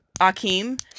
Akeem